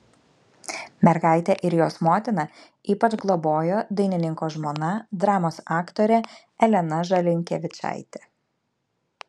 mergaitę ir jos motiną ypač globojo dainininko žmona dramos aktorė elena žalinkevičaitė